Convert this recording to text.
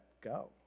go